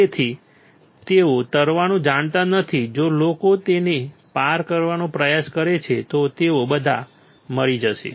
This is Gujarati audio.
તેથી તેઓ તરવાનું જાણતા નથી જો લોકો તેને પાર કરવાનો પ્રયાસ કરે છે તો તેઓ બધા મરી જશે